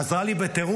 עזרה לי בטירוף.